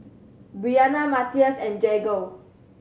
Bryanna Mathias and Jagger